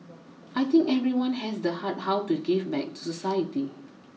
I think everyone has the heart how to give back to society